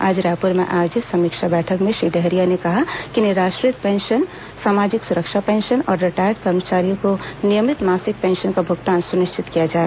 आज रायपुर में आयोजित समीक्षा बैठक में श्री डहरिया ने कहा कि निराश्रित पेंशन सामाजिक सुरक्षा पेंशन और रिटायर्ड कर्मचारियों को नियमित मासिक पेंशन का भुगतान सुनिश्चित किया जाए